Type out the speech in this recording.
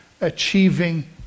achieving